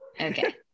Okay